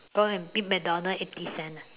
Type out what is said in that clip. go and eat McDonald eighty cent ah